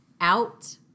out